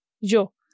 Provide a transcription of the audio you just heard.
Yo